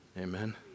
Amen